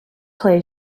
play